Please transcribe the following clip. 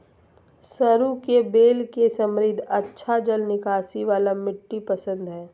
सरू के बेल के समृद्ध, अच्छा जल निकासी वाला मिट्टी पसंद हइ